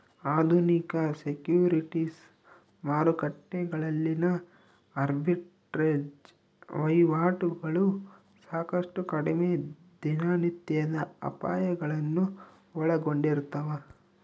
ಆಧುನಿಕ ಸೆಕ್ಯುರಿಟೀಸ್ ಮಾರುಕಟ್ಟೆಗಳಲ್ಲಿನ ಆರ್ಬಿಟ್ರೇಜ್ ವಹಿವಾಟುಗಳು ಸಾಕಷ್ಟು ಕಡಿಮೆ ದಿನನಿತ್ಯದ ಅಪಾಯಗಳನ್ನು ಒಳಗೊಂಡಿರ್ತವ